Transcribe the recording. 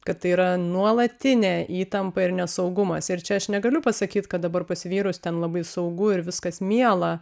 kad tai yra nuolatinė įtampa ir nesaugumas ir čia aš negaliu pasakyt kad dabar pas vyrus ten labai saugu ir viskas miela